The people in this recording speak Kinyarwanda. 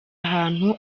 ahantu